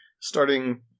starting